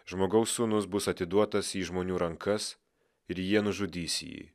žmogaus sūnus bus atiduotas į žmonių rankas ir jie nužudys jį